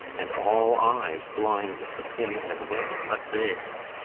and all eyes blind with the pin and web but theirs,